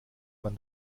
man